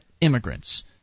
immigrants